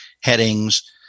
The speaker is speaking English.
headings